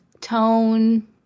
tone